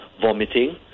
vomiting